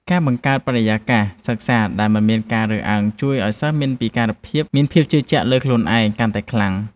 ការបង្កើតបរិយាកាសសិក្សាដែលមិនមានការរើសអើងជួយឱ្យសិស្សមានពិការភាពមានភាពជឿជាក់លើខ្លួនឯងកាន់តែខ្លាំង។